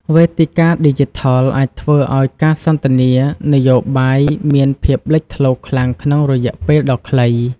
វេទិកាឌីជីថលអាចធ្វើឱ្យការសន្ទនានយោបាយមានភាពលេចធ្លោខ្លាំងក្នុងរយៈពេលដ៏ខ្លី។